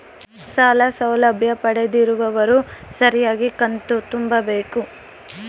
ಸಾಲ ಸೌಲಭ್ಯ ಪಡೆದಿರುವವರು ಸರಿಯಾಗಿ ಕಂತು ತುಂಬಬೇಕು?